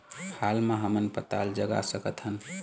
हाल मा हमन पताल जगा सकतहन?